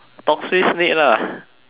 lah